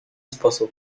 sposób